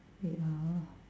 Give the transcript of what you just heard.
ya